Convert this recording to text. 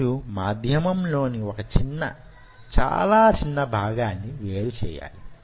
మీరు మాధ్యమంలోని వొక చిన్న చాలా చిన్న భాగాన్ని వేరు చేయాలి